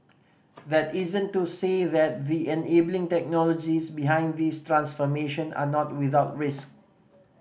that isn't to say the enabling technologies behind this transformation are not without risk